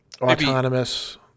autonomous